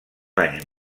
anys